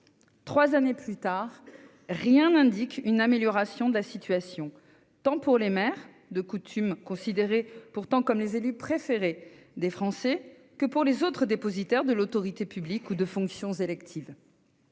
Trois années plus tard, rien n'indique une amélioration de la situation, tant pour les maires, considérés pourtant comme « les élus préférés des Français » que pour les autres dépositaires de l'autorité publique ou de fonctions électives.